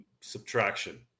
subtraction